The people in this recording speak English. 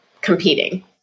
competing